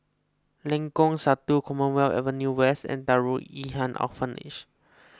Lengkong Satu Commonwealth Avenue West and Darul Ihsan Orphanage